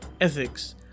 ethics